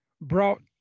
brought